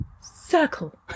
circle